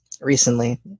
recently